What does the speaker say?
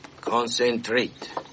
Concentrate